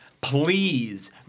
please